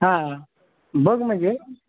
हां बघ म्हणजे